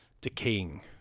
decaying